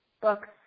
books